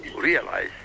realize